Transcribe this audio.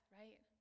right